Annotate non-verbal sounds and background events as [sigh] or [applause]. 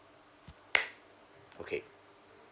[noise] okay